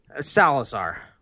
Salazar